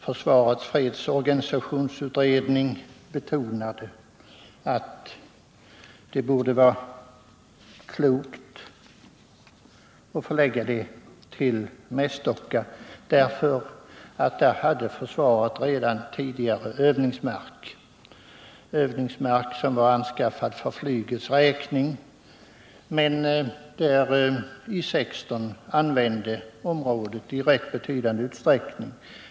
Försvarets fredsorganisationsutredning har betonat att det är klokt att förlägga övningsfältet till Mästocka, därför att försvaret redan tidigare för flygets räkning haft övningsmark där. I 16 använde området i betydande utsträckning.